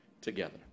together